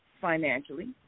financially